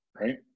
right